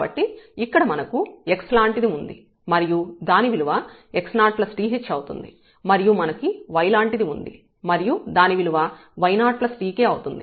కాబట్టి ఇక్కడ మనకు x లాంటిది ఉంది మరియు దాని విలువ x0th అవుతుంది మరియు మనకు y లాంటిది ఉంది మరియు దాని విలువ y0tk అవుతుంది